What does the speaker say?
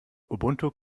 ubuntu